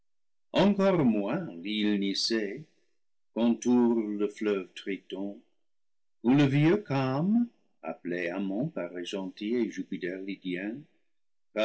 encore moins l'île nisée qu'entoure le fleuve triton où le vieux cham appelé ammon par